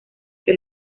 que